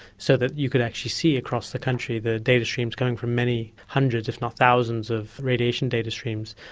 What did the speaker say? so that you could actually see across the country the data streams coming from many hundreds if not thousands of radiation data streams.